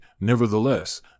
Nevertheless